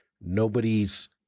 Nobody's